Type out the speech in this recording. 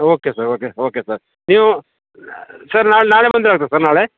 okay sir okay okay sir ನೀವು sir ನಾನು ನಾಳೆ ಬಂದರೆ ಆಗುತ್ತಾ ನಾಳೆ